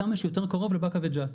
כמה שיותר קרוב לבאקה וג'ת.